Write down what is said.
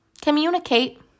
Communicate